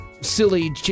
Silly